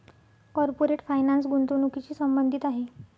corporate finance गुंतवणुकीशी संबंधित आहे